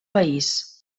país